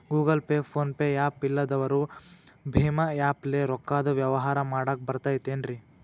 Google Pay, PhonePe app ಇಲ್ಲದವರು ಭೇಮಾ app ಲೇ ರೊಕ್ಕದ ವ್ಯವಹಾರ ಮಾಡಾಕ್ ಬರತೈತೇನ್ರೇ?